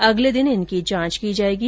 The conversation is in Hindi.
अगले दिन इनकी जांच की जायेगी